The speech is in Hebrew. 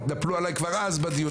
התנפלו עליי כבר אז בדיון.